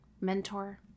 mentor